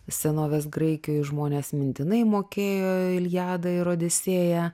senovės graikijoj žmonės mintinai mokėjo iliadą ir odisėją